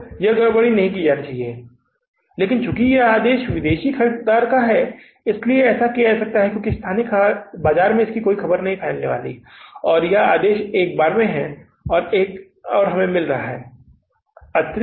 तो वह गड़बड़ी नहीं की जानी चाहिए लेकिन चूंकि यह आदेश विदेशी ख़रीदार का है इसलिए ऐसा किया जा सकता है क्योंकि स्थानीय बाजार में कोई खबर फैलने वाली नहीं है और यह आदेश एक बार में है और हमें मिल रहा है